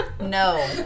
No